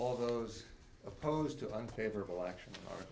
all those opposed to unfavorable action a